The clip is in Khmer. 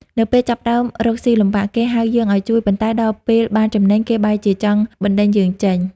នៅពេលចាប់ផ្ដើមរកស៊ីលំបាក គេហៅយើងឱ្យជួយ ប៉ុន្តែដល់ពេលបានចំណេញ គេបែរជាចង់បណ្ដេញយើងចេញ។